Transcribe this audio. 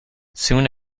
soon